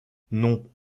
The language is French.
non